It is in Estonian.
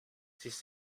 siis